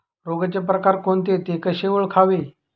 रोगाचे प्रकार कोणते? ते कसे ओळखावे?